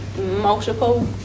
multiple